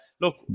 look